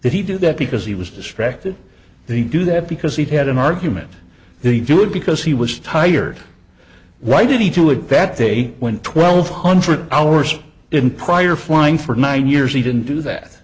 did he do that because he was distracted do you do that because he had an argument do you do it because he was tired why did he too had bad day when twelve hundred hours in prior flying for nine years he didn't do that